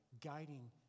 guiding